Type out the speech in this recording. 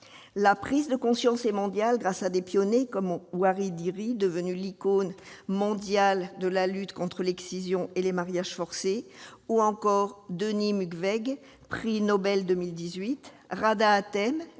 La prise de conscience est mondiale grâce à des pionniers comme Waris Dirie, devenue l'icône mondiale de la lutte contre l'excision et les mariages forcés, ou encore Denis Mukwege, prix Nobel 2018, Ghada Hatem,